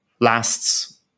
lasts